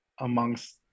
amongst